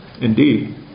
Indeed